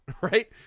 right